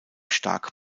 stark